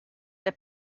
der